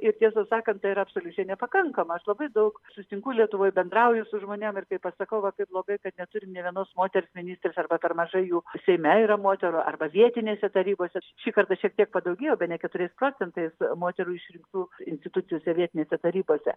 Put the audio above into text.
ir tiesą sakant tai yra absoliučiai nepakankama aš labai daug susitinku lietuvoj bendrauju su žmonėm ir kai pasakau va kaip blogai kad neturim nė vienos moters ministrės arba per mažai jų seime yra moterų arba vietinėse tarybose šį kartą šiek tiek padaugėjo bene keturiais procentais moterų išrinktų institucijose vietinėse tarybose